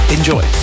Enjoy